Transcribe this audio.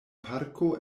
parko